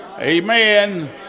Amen